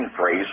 phrase